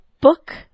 book